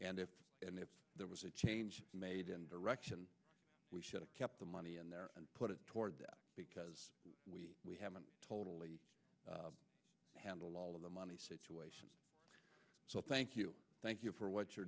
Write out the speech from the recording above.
and if and if there was a change made in direction we should've kept the money in there and put it toward that because we haven't totally handle all of the money situation so thank you thank you for what you're